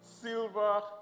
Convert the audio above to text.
silver